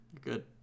good